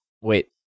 wait